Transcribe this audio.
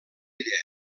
idea